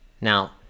Now